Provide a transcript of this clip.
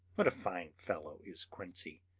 what a fine fellow is quincey!